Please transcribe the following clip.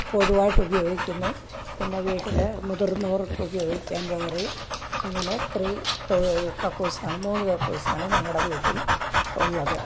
പൊതുവായിട്ട് ഉപയോഗിക്കുന്നു പിന്നെ വീട്ടില് മുതിർന്നവർക്കും ഉപയോഗിക്കാൻ വേറെയും അങ്ങനെ ത്രീ ടോയ് കക്കൂസാണ് മൂന്ന് കക്കൂസാണ് ഞങ്ങളുടെ വീട്ടിൽ ഉള്ളത്